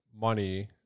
money